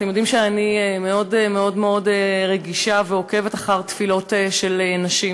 אתם יודעים שאני מאוד מאוד מאוד רגישה ועוקבת אחר תפילות של נשים.